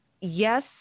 yes